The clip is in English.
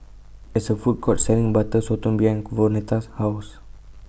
There IS A Food Court Selling Butter Sotong behind Vonetta's House